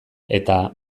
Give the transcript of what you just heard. eta